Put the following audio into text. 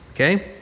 Okay